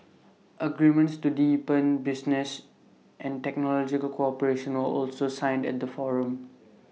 agreements to deepen business and technological cooperation were also signed at the forum